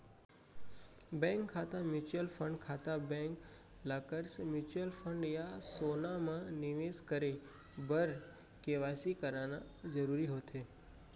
bank खाता, mutual fund खाता, bank lockers, mutual fund या सोना म निवेस करे बर के.वाई.सी कराना जरूरी होथे